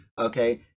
okay